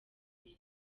mbere